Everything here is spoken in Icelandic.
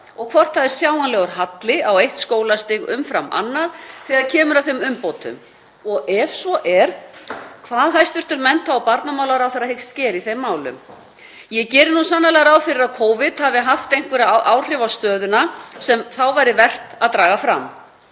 og hvort sjáanlegur halli sé á eitt skólastig umfram annað þegar kemur að þeim umbótum, og ef svo er, hvað hæstv. mennta- og barnamálaráðherra hyggst gera í þeim málum. Ég geri svo sannarlega ráð fyrir að Covid hafi haft einhver áhrif á stöðuna sem þá væri vert að draga fram.